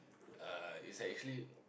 uh it's actually